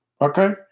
Okay